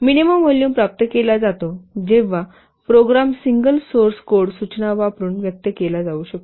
minimum volume प्राप्त केला जातो जेव्हा प्रोग्राम सिंगल सोर्स कोड सूचना वापरून व्यक्त केला जाऊ शकतो